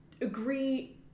agree